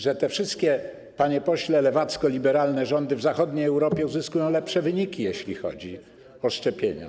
że te wszystkie, panie pośle, lewacko-liberalne rządy w zachodniej Europie uzyskują lepsze wyniki, jeśli chodzi o szczepienia.